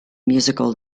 musical